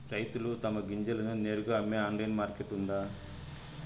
రైతులు తమ గింజలను నేరుగా అమ్మే ఆన్లైన్ మార్కెట్ ఉందా?